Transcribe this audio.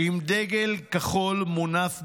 עם דגל כחול מונף בגאווה,